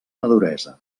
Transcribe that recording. maduresa